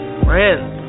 friends